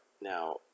Now